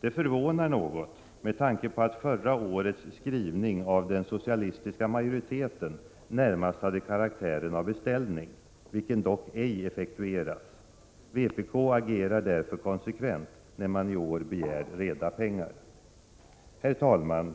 Det förvånar något med tanke på att den socialistiska majoritetens skrivning förra året närmast hade karaktären av beställning, vilken dock ej effektuerats. Vpk agerar därför konsekvent när man i år begär reda pengar. Herr talman!